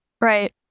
Right